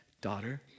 Daughter